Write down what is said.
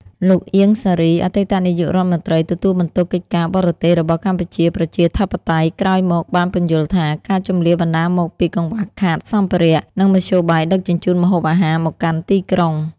លោក អៀង សារី អតីតនាយករដ្ឋមន្ត្រីទទួលបន្ទុកកិច្ចការបរទេសរបស់កម្ពុជាប្រជាធិបតេយ្យ ក្រោយមកបានពន្យល់ថា ការជម្លៀសបណ្តាលមកពីកង្វះខាតសម្ភារៈ និងមធ្យោបាយដឹកជញ្ជូនម្ហូបអាហារមកកាន់ទីក្រុង។